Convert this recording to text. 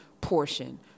portion